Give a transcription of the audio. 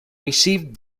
received